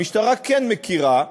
המשטרה כן מכירה,